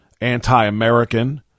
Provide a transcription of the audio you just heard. anti-American